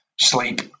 sleep